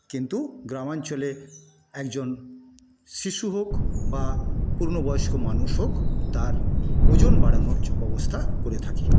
কিন্তু গ্রামাঞ্চলে একজন শিশু হোক বা পূর্ণবয়স্ক মানুষ হোক তার ওজন বাড়ানোর ব্যবস্থা করে থাকি